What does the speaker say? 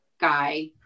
guy